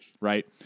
right